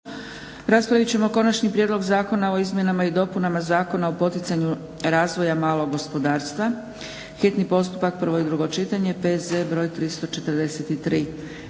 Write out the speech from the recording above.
Josip (SDP)** Konačni prijedlog Zakona o izmjenama i dopunama Zakona o poticanju razvoja malog gospodarstva, hitni postupak, prvo i drugo čitanje, P.Z. br. 343.